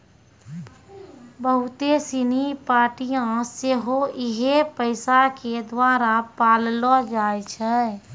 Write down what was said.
बहुते सिनी पार्टियां सेहो इहे पैसा के द्वारा पाललो जाय छै